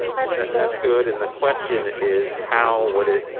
i think that's that's good. and the question is how would it,